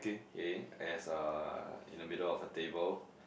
K as uh in the middle of a table